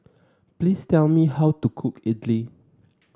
please tell me how to cook idly